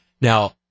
Now